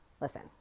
Listen